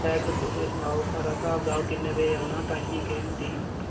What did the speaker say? पैसे पूसे सनाओ सारा स्हाब कताब कि'न्नै बजे औना टाइमंग केह् होंदी